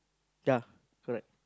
ya correct